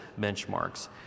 benchmarks